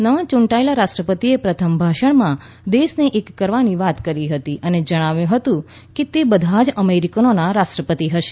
નવા ચૂંટાયેલા રાષ્ટ્રપતિએ પ્રથમ ભાષણમાં દેશને એક કરવાની વાત કરી હતી અને જણાવ્યું હતું કે તે બધાં જ અમેરિકનોનાં રાષ્ટ્રપતિ હશે